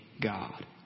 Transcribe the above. God